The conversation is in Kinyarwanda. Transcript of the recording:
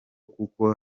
kuko